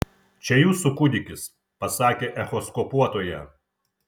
čia jūsų kūdikis pasakė echoskopuotoja